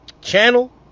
channel